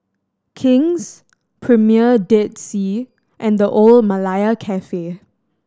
King's Premier Dead Sea and The Old Malaya Cafe